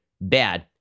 bad